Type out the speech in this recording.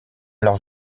leurs